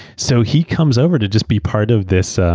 so he comes over to just be part of this